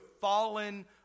fallen